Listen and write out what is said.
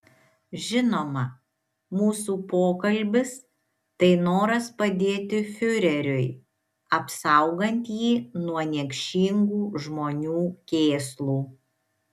žinoma mūsų pokalbis tai noras padėti fiureriui apsaugant jį nuo niekšingų žmonių kėslų